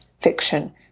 fiction